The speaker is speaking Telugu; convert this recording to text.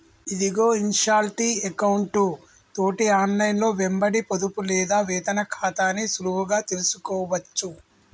ఇదిగో ఇన్షాల్టీ ఎకౌంటు తోటి ఆన్లైన్లో వెంబడి పొదుపు లేదా వేతన ఖాతాని సులువుగా తెలుసుకోవచ్చు